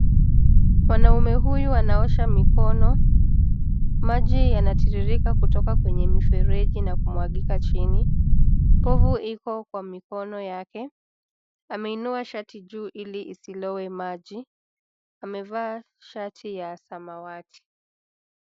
Mwanaume huyu anaosha mikono. Maji yanatiririka kutoka kwenye mifereji na kumwagika chini. Povu iko kwa mikono yake. Ameinua shati juu ili isilowe maji. Amevaa shati ya samawati.